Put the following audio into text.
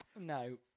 No